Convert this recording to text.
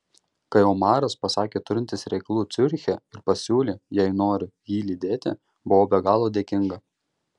kai omaras pasakė turintis reikalų ciuriche ir pasiūlė jei noriu jį lydėti buvau be galo dėkinga